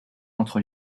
entre